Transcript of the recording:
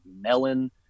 melon